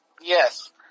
Yes